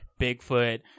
Bigfoot